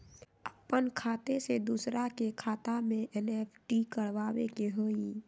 अपन खाते से दूसरा के खाता में एन.ई.एफ.टी करवावे के हई?